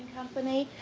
company.